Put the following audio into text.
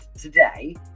today